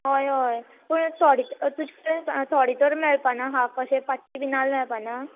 हय हय पूण थोडे त तुज कडेन आं थोडे तर मेळपाना हाफ कशे पांचशी बीन नाल्ल मेळपाना